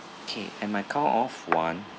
okay in my count of one